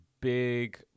big